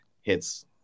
hits